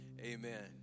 amen